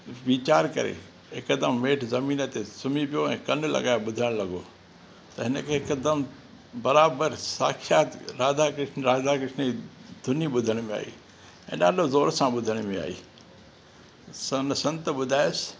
हिकदमि हेठि ज़मीन ते सुम्हीं पियो ऐं कनि लॻाए ॿुधणु लॻो त हिन खे हिकदमि बराबरि साक्षात राधा कृष्ण राधा कृष्ण जी धुनी ॿुधण में आई ऐं ॾाढो ज़ोर सां ॿुधण में आई त हुन संत ॿुधायुसि